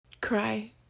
cry